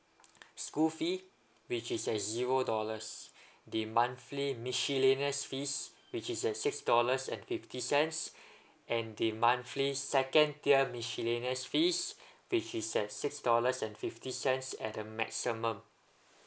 school fee which is at zero dollars the monthly miscellaneous fees which is at six dollars and fifty cents and the monthly second tier miscellaneous fees which is at six dollars and fifty cents at the maximum